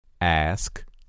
Ask